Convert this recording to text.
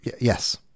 Yes